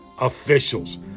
officials